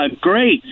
Great